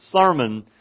sermon